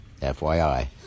FYI